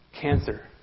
cancer